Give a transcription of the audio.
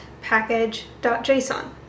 package.json